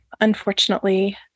unfortunately